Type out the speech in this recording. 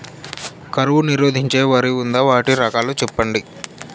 కరువు నిరోధించే వరి ఉందా? వాటి రకాలు చెప్పండి?